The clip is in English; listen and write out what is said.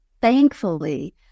Thankfully